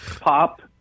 pop